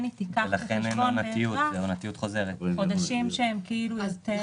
היא תיקח בחשבון בהכרח חודשים שהם יותר עמוסים.